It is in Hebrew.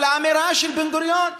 או לאמירה של בן-גוריון: